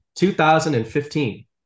2015